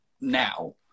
now